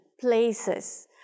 places